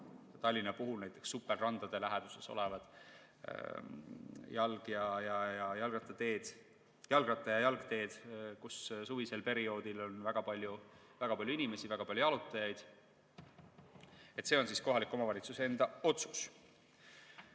sellised näiteks supelrandade läheduses olevad jalgratta‑ ja jalgteed, kus suviti on väga palju inimesi, väga palju jalutajaid. See on kohaliku omavalitsuse enda otsus.